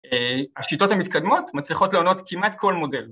‫השיטות המתקדמות מצליחות ‫להונות כמעט כל מודל.